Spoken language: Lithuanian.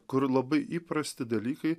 kur labai įprasti dalykai